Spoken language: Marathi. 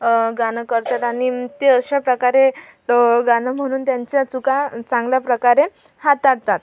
गाणं करतात आणि ते अशाप्रकारे गाणं म्हणून त्यांच्या चुका चांगल्याप्रकारे हाताळतात